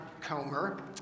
Comer